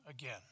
again